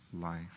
life